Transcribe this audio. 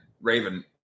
Raven